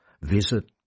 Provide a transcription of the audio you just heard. Visit